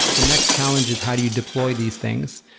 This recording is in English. the next challenge is how do you deploy these things.